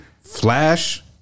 flash